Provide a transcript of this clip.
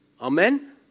Amen